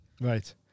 Right